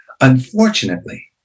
unfortunately